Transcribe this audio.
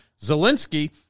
Zelensky